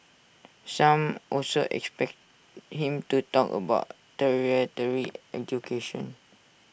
some also expect him to talk about tertiary education